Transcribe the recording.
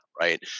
Right